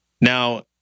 Now